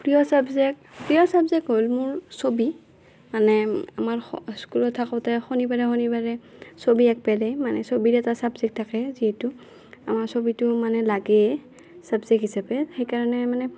প্ৰিয় চাবজেক্ট প্ৰিয় চাবজেক্ট হ'ল মোৰ ছবি মানে আমাৰ স্কুলত থাকোঁতে শনিবাৰে শনিবাৰে ছবি আঁকিব দিয়ে মানে ছবিৰ এটা চাবজেক্ট থাকে যিহেতু আমাৰ ছবিটো মানে লাগে চাবজেক্ট হিচাপে সেইকাৰণে মানে